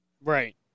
Right